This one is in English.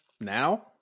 now